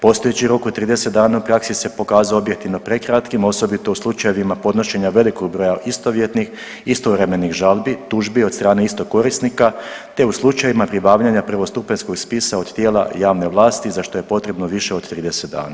Postojeći rok od 30 dana u praksi se pokazao objektivno prekratkim osobito u slučajevima podnošenja velikog broja istovjetnih i istovremenih žalbi i tužbi od strane istog korisnika, te u slučajevima pribavljanja prvostupanjskog spisa od tijela javne vlasti za što je potrebno više od 30 dana.